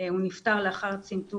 בבוקר יצאתי עם בעלי והוא נפטר לאחר צנתור